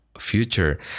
future